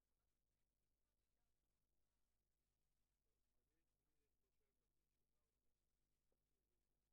1ב. בלי לגרוע מהוראות סעיף 1, עובד